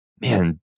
man